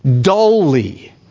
dully